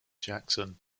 jackson